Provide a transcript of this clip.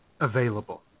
available